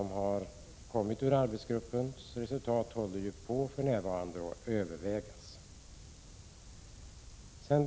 Arbetsgruppens förslag är för närvarande föremål för överväganden.